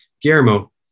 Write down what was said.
Guillermo